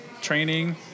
training